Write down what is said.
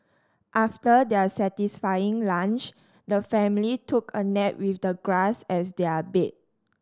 after their satisfying lunch the family took a nap with the grass as their bed